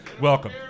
Welcome